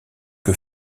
que